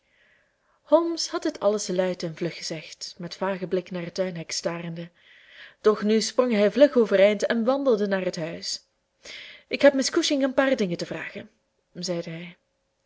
holmes had dit alles luide en vlug gezegd met vagen blik naar het tuinhek starende doch nu sprong hij vlug overeind en wandelde naar het huis ik heb miss cushing een paar dingen te vragen zeide hij